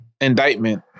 indictment